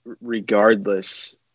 regardless